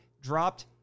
dropped